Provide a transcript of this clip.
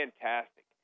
fantastic